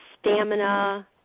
stamina